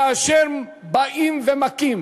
כאשר באים ומכים